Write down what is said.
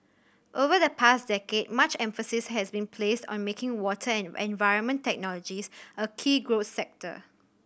over the past decade much emphasis has been placed on making water and environment technologies a key growth sector